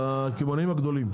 לקמעונאים הגדולים.